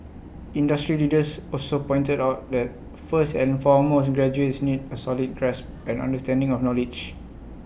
industry leaders also pointed out that first and foremost graduates need A solid grasp and understanding of knowledge